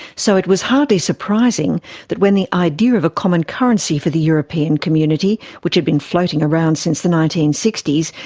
so it was hardly surprising that when the idea of a common currency for the european community, which had been floating around since the nineteen sixty s,